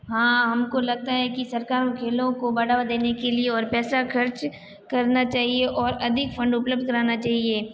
हाँ हमको लगता है कि सरकार खेलों को बढ़ावा देने के लिए और पैसा खर्च करना चाहिए और अधिक फंड उपलब्ध कराना चाहिए